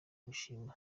turishima